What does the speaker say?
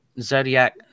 Zodiac